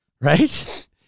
right